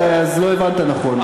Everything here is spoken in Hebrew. אז לא הבנת נכון.